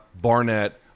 Barnett